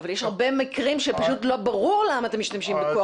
אבל יש הרבה מקרים שפשוט לא ברור למה אתם משתמשים בכוח.